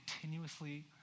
continuously